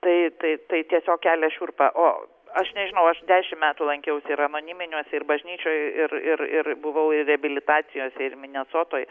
tai taip tai tiesiog kelia šiurpą o aš nežinau aš dešimt metų lankiausi ir anoniminiuose ir bažnyčioj ir ir ir buvau ir reabilitacijose ir minesotoj